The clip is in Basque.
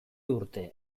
urte